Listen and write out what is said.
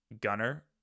Gunner